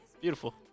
Beautiful